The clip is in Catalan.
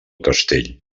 castell